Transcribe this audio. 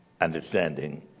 understanding